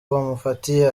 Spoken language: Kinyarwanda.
bamufatiye